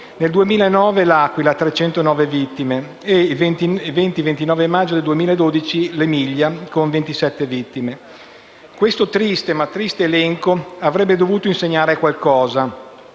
nel 2009 a L'Aquila, con 309 vittime, e 20 e 29 maggio 2012 in Emilia con 27 vittime. Questo triste, ma triste, elenco avrebbe dovuto insegnare qualcosa,